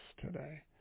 today